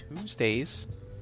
Tuesdays